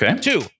Two